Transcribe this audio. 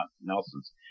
nelson's